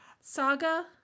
Saga